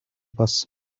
бас